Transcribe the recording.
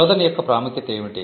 శోధన యొక్క ప్రాముఖ్యత ఏమిటి